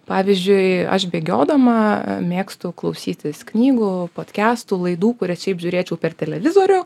pavyzdžiui aš bėgiodama mėgstu klausytis knygų podkestų laidų kurias šiaip žiūrėčiau per televizorių